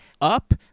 Up